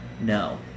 No